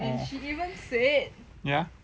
ya